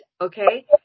okay